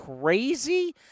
crazy